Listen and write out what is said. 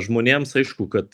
žmonėms aišku kad